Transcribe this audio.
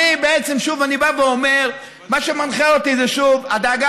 אני שוב בא ואומר שמה שמנחה אותי זה הדאגה